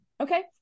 Okay